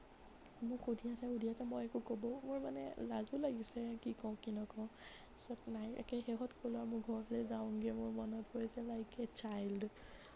মোক সুধি আছে সুধি আছে মই একো ক'বও পৰা নাই মোৰ মানে লাজোঁ লাগিছে কি কওঁ কি নকওঁ তাৰপিছত নাই একে শেষত ক'লোঁ আৰু মোৰ ঘৰলৈ যাওঁগৈ মোৰ মনত পৰিছে লাইক এ চাইল্ড